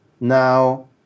now